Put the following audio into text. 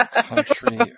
Country